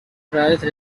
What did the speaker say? prize